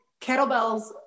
kettlebells